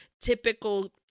typical